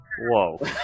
Whoa